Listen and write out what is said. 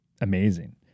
amazing